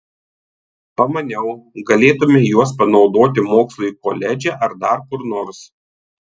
pamaniau galėtumei juos panaudoti mokslui koledže ar dar kur nors